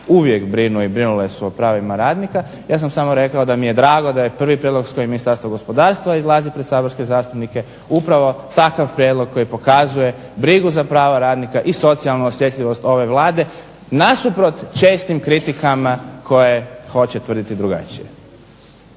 uvijek brinu i brinule se o pravima radnika. Ja sam samo rekao da mi je drago da je prvi prijedlog s kojim Ministarstvo gospodarstva izlazi pred saborske zastupnike upravo takav prijedlog koji pokazuje brigu za prava radnika i socijalnu osjetljivost ove Vlade nasuprot čestim kritikama koje hoće tvrditi drugačije.